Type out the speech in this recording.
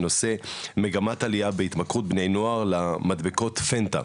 בנושא מגמת עלייה בהתמכרות בני נוער למדבקות פנטה,